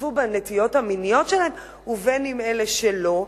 ושיתפו בנטיות המיניות שלהם, ואם אלה שלא.